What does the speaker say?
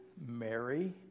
Mary